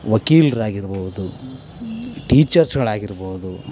ವಕೀಲರಾಗಿರ್ಬೋದು ಟೀಚರ್ಸ್ಗಳಾಗಿರ್ಬೋದು